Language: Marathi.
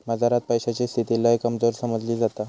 बाजारात पैशाची स्थिती लय कमजोर समजली जाता